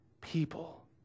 People